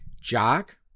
Jock